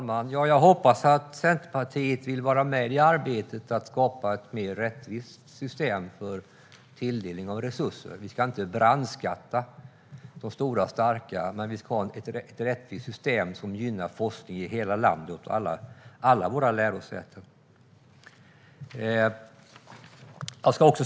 Fru talman! Jag hoppas att Centerpartiet vill vara med i arbetet för att skapa ett mer rättvist system för tilldelning av resurser. Vi ska inte brandskatta de stora starka. Men vi ska ha ett rättvist system som gynnar forskning i hela landet och på alla våra lärosäten.